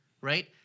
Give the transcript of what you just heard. right